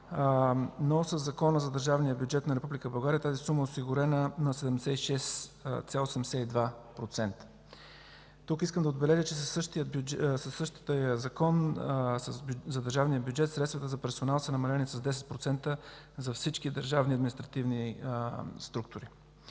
но със Закона за държавния бюджет на Република България тази сума е осигурена на 76,82%. Тук искам да отбележа, че със същия Закон за държавния бюджет средствата за персонал са намалени с 10% за всички държавни административни структури.